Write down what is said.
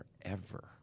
forever